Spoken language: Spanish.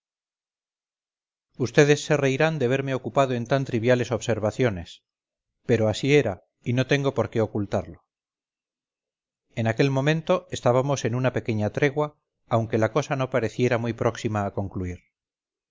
ustedes se reirán de verme ocupado en tan triviales observaciones pero así era y no tengo por qué ocultarlo en aquel momento estábamos en una pequeña tregua aunque la cosa no pareciera muy próxima a concluir